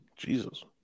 Jesus